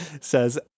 says